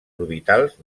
orbitals